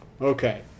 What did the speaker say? Okay